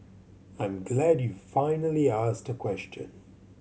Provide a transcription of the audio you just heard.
I'm glad you finally asked a question